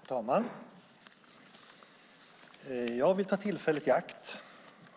Herr talman! Jag vill ta tillfället i akt